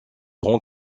grand